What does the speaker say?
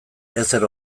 ezer